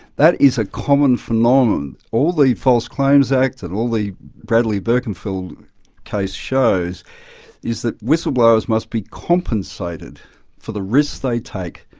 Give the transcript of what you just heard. that is a common phenomenon all the false claims acts and all the bradley birkenfeld case shows is that whistleblowers must be compensated for the risks they take.